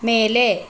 ಮೇಲೆ